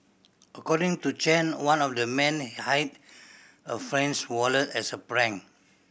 according to Chen one of the men hid a friend's wallet as a prank